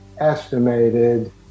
estimated